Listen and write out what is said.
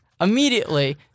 Immediately